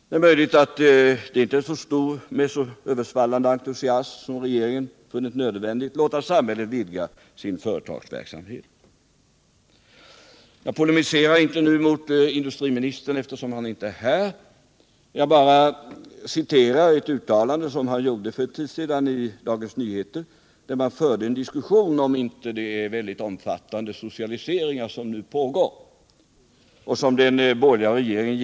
Det är möjligt att det inte är med översvallande entusiasm som regeringen funnit det nödvändigt att låta samhället vidga sin företagsamhet. Jag tänker inte polemisera mot industriministern eftersom han inte är här. Jag citerar bara ett uttalande som han för någon tid sedan gjorde i Dagens Nyheter. Man förde där en diskussion om det inte är väldigt omfattande socialiseringar som nu pågår, socialiseringar som genomförs av den borgerliga regeringen.